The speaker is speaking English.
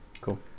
Cool